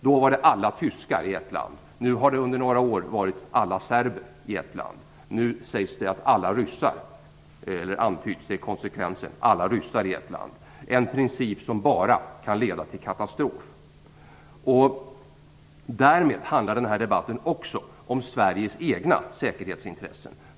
Då gällde det alla tyskar i ett land. Nu har det under några år handlat om alla serber i ett land. Nu kommer en antydan om att det gäller alla ryssar i ett land. Det är en princip som bara kan leda till en katastrof. Därmed handlar den här debatten också om Sveriges egna säkerhetsintressen.